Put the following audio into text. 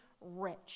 rich